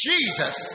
Jesus